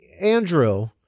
Andrew